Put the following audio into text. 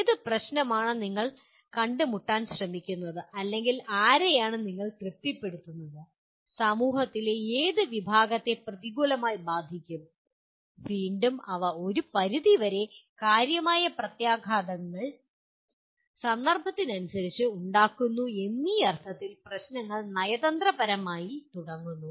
ഏത് പ്രശ്നമാണ് നിങ്ങൾ കണ്ടുമുട്ടാൻ ശ്രമിക്കുന്നത് അല്ലെങ്കിൽ ആരെയാണ് നിങ്ങൾ തൃപ്തിപ്പെടുത്തുന്നത് സമൂഹത്തിലെ ഏത് വിഭാഗത്തെ പ്രതികൂലമായി ബാധിക്കും വീണ്ടും അവ ഒരു പരിധിവരെ കാര്യമായ പ്രത്യാഘാതങ്ങൾ സന്ദർഭത്തിനനുസരിച്ച് ഉണ്ടാക്കുന്നു എന്നീ അർത്ഥത്തിൽ പ്രശ്നങ്ങൾ നയതന്ത്രപരമായി തുടങ്ങുന്നു